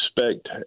expect